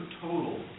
total